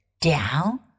Down